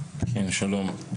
שלום.